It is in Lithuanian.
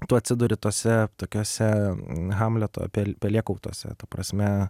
tu atsiduri tose tokiose hamleto pel pelėkautuose ta prasme